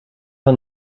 van